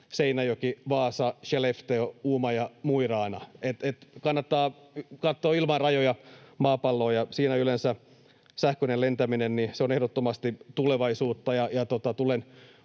Seinäjoki, Vaasa, Skellefteå, Uumaja, Mo i Rana. Kannattaa katsoa ilman rajoja maapalloa, ja siinä yleensä sähköinen lentäminen on ehdottomasti tulevaisuutta.